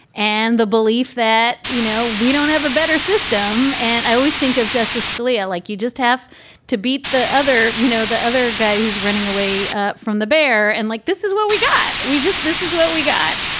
and the belief that, you know, we don't have a better system. and i always think of justice scalia like you just have to beat the other, you know, the other guy who's running away from the bear and like, this is what we got. we just this is what we got.